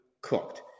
cooked